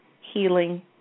healing